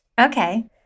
Okay